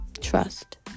Trust